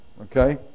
Okay